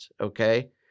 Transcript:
okay